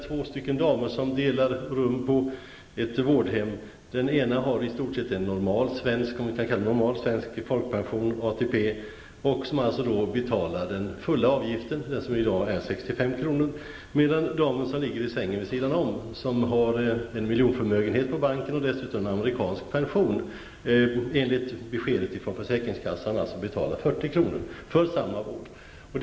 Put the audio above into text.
Två damer delar rum på ett vårdhem. Den ena har vad vi kan kalla en normal svensk folkpension med ATP och betalar full avgift, som i dag är 65 kr. Damen som ligger i sängen bredvid har en miljonförmögenhet på banken och dessutom amerikansk pension och betalar enligt beskedet från försäkringskassan 40 kr. om dagen för samma vård.